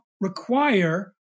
require